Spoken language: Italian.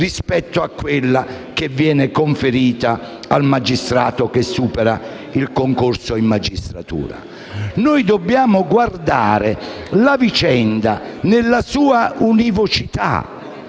rispetto a quella che viene conferita al magistrato che supera il concorso in magistratura. Noi dobbiamo guardare la vicenda nella sua univocità.